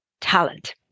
talent